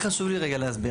רק חשוב לי רגע להסביר.